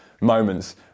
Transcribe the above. moments